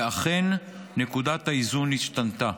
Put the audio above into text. ואכן, נקודת האיזון השתנתה.